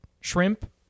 Shrimp